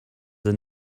and